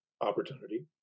opportunity